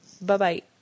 Bye-bye